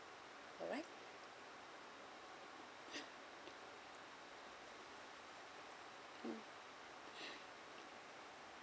alright mm